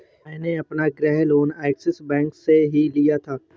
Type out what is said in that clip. मैंने अपना गृह लोन ऐक्सिस बैंक से ही लिया था